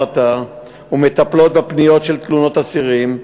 עתה ומטפלות בפניות של תלונות אסירים,